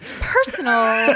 personal